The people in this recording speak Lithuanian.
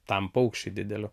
tam paukščiui dideliu